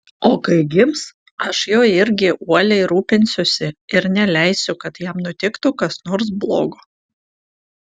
o kai gims aš juo irgi uoliai rūpinsiuosi ir neleisiu kad jam nutiktų kas nors blogo